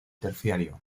terciario